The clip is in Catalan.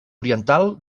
oriental